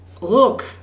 Look